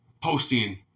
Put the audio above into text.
posting